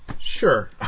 Sure